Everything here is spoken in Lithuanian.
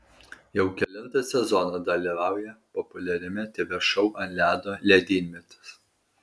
jau kelintą sezoną dalyvauja populiariame tv šou ant ledo ledynmetis